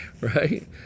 right